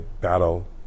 battle